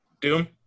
Doom